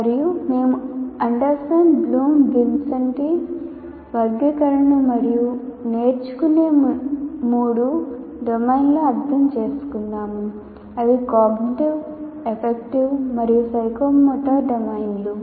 మరియు మేము Anderson Bloom విన్సెంటి వర్గీకరణను మరియు నేర్చుకునే మూడు డొమైన్లను అర్థం చేసుకున్నాము అవి cognitive affective మరియు psychomotor డొమైన్లు